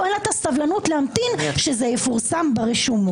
אין לה את הסבלנות להמתין שזה יפורסם ברשומות.